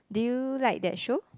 do you like that show